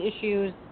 issues